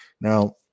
Now